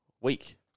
week